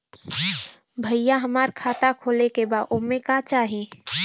भईया हमार खाता खोले के बा ओमे का चाही?